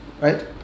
Right